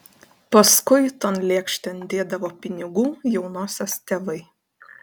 paskui ton lėkštėn dėdavo pinigų jaunosios tėvai